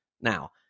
Now